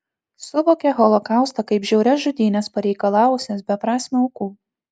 suvokia holokaustą kaip žiaurias žudynes pareikalavusias beprasmių aukų